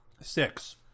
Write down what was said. six